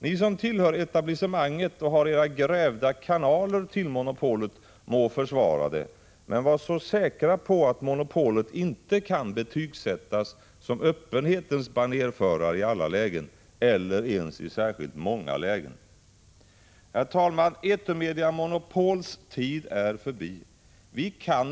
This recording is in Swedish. Ni som tillhör etablissemanget och har era grävda kanaler till monopolet må försvara det, men var säkra på att monopolet inte kan betygsättas som öppenhetens banerförare i alla lägen eller ens i särskilt många lägen. Herr talman! Etermediemonopolens tid är förbi. Vi kan inte i vår vrå av Prot.